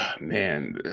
man